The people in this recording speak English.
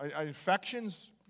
infections